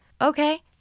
okay